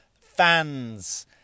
fans